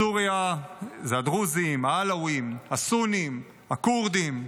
בסוריה זה הדרוזים, העלאווים, הסונים הכורדים,